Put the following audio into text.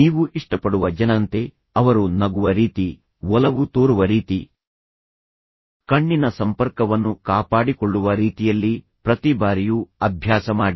ನೀವು ಇಷ್ಟಪಡುವ ಜನರಂತೆ ಅವರು ನಗುವ ರೀತಿ ಒಲವು ತೋರುವ ರೀತಿ ಕಣ್ಣಿನ ಸಂಪರ್ಕವನ್ನು ಕಾಪಾಡಿಕೊಳ್ಳುವ ರೀತಿಯಲ್ಲಿ ಪ್ರತಿ ಬಾರಿಯೂ ಅಭ್ಯಾಸ ಮಾಡಿ